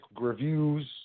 Reviews